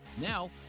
Now